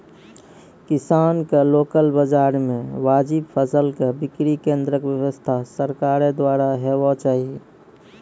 किसानक लोकल बाजार मे वाजिब फसलक बिक्री केन्द्रक व्यवस्था सरकारक द्वारा हेवाक चाही?